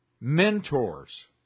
mentors